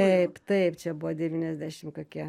taip taip čia buvo devyniasdešimt kokie